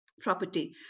property